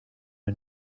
are